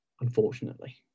unfortunately